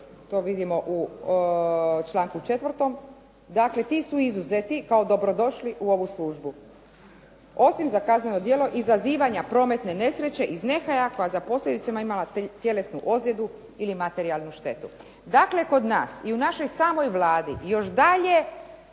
to vidimo u članku 4., dakle ti su izuzeti kao dobrodošli u ovu službu. Osim za kazneno djelo izazivanja prometne nesreće iz nehaja koja za posljedice imala tjelesnu ozljedu ili materijalnu štetu. Dakle, kod nas i u našoj samoj Vladi još dalje